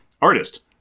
Artist